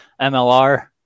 MLR